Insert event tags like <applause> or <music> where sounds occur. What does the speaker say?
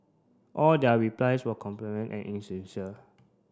all their replies were <unintelligible> and insincere